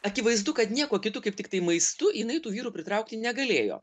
akivaizdu kad niekuo kitu kaip tiktai maistu jinai tų vyrų pritraukti negalėjo